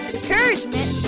encouragement